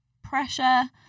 pressure